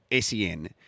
SEN